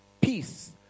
peace